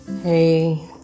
Hey